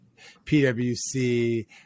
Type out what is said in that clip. PwC